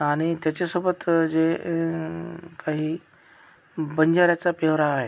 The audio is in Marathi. आणि त्याच्यासोबत जे काही बंजाऱ्याचा प्यवरा आहे